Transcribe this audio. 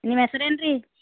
ನಿಮ್ಮ ಹೆಸ್ರು ಏನ್ರಿ